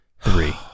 three